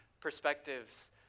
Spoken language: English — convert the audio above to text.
perspectives